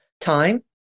time